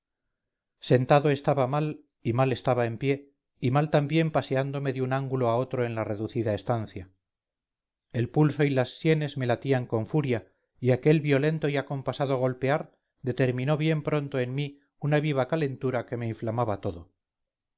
sentado estaba mal y mal estaba en pie y mal también paseándome de un ángulo a otro en la reducida estancia el pulso y las sienes me latían con furia y aquel violento y acompasado golpear determinó bien pronto en mí una viva calentura que me inflamaba todo